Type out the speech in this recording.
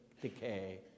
decay